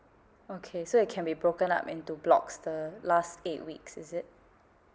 okay so it can be broken up into blocks the last eight weeks is it